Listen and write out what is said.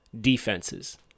defenses